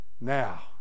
now